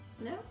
no